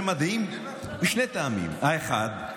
זה מדהים משני טעמים: האחד,